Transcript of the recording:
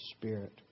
spirit